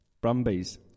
Brumbies